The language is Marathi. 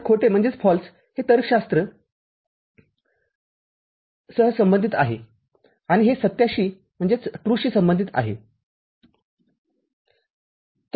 तर खोटे हे तर्कशास्त्र सह संबंधित आहे आणि हे सत्याशी संबंधित आहे ठीक आहे